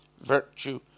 virtue